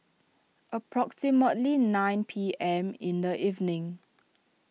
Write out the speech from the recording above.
approximately nine P M in the evening